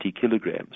kilograms